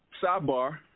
Sidebar